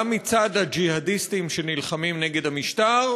גם מצד הג'יהאדיסטים שנלחמים נגד המשטר